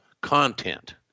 content